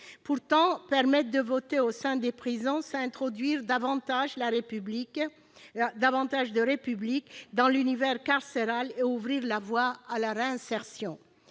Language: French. Pourtant, permettre de voter au sein des prisons, c'est introduire davantage de République dans l'univers carcéral et ouvrir la voie à la réinsertion.